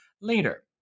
later